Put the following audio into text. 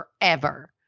forever